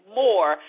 more